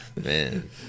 Man